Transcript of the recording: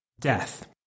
death